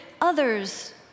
others